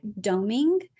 doming